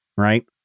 Right